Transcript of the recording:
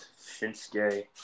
Shinsuke